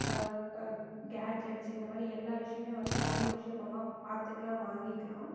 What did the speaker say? gadgets இந்த மாதிரி எல்லா விஷயமே வந்து ஆன்லைன் ஷிப்பமா பார்த்துக்குலாம் வாங்கிக்கிலாம்